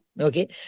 Okay